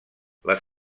les